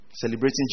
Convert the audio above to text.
celebrating